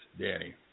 Danny